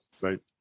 Right